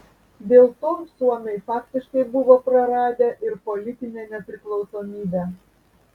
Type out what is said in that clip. dėl to suomiai faktiškai buvo praradę ir politinę nepriklausomybę